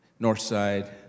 Northside